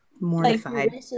Mortified